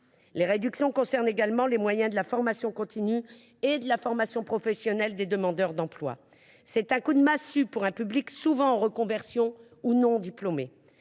Les réductions concernent également les moyens de la formation continue et de la formation professionnelle des demandeurs d’emploi. C’est un coup de massue pour un public souvent en reconversion ou non diplômé.